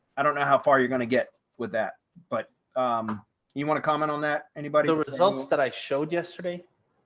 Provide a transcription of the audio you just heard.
i don't know how far you're gonna get with that. but you want to comment on that anybody who results that i showed yesterday,